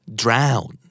drown